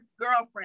girlfriend